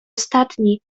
ostatni